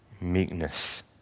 meekness